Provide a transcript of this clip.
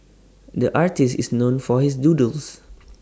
the artist is known for his doodles